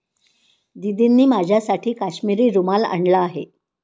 दीदींनी माझ्यासाठी काश्मिरी रुमाल आणला आहे